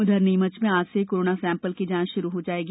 उधर नीमच में आज से कोरोना सैंपल की जांच शुरू हो जाएगी